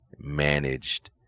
managed